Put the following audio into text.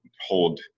hold